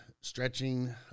stretching